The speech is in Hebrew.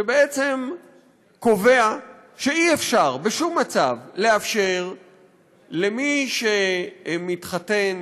שבעצם קובע שאי-אפשר בשום מצב לאפשר למי שמתחתן,